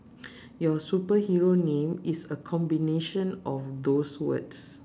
your superhero name is a combination of those words